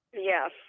Yes